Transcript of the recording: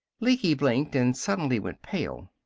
lecky blinked and suddenly went pale.